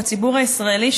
הציבור הישראלי,